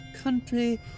country